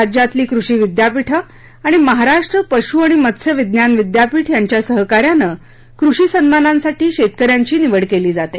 राज्यातली कृषी विद्यापीठं आणि महाराष्ट्र पश् आणि मत्स्य विज्ञान विद्यापीठ यांच्या सहकार्यानं कृषी सन्मानांसाठी शेतक यांची निवड केली जाते